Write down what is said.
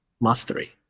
mastery